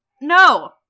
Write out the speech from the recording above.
No